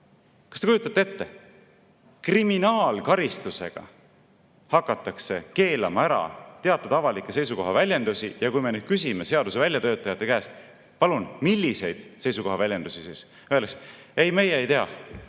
Kas te kujutate ette? Kriminaalkaristusega hakatakse keelama ära teatud avalikke seisukoha väljendusi. Ja kui me nüüd küsime seaduse väljatöötajate käest, et milliseid seisukoha väljendusi, siis öeldakse: ei, meie ei tea,